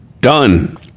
Done